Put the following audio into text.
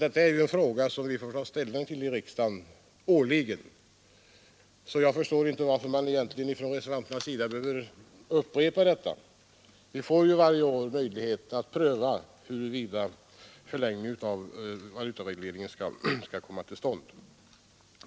Detta är ju en fråga som vi årligen får ta ställning till här i riksdagen. Jag förstår egentligen inte varför reservanterna behöver upprepa den. Vi har ju varje år möjlighet att pröva huruvida en förlängning av valutaregleringen skall göras eller inte.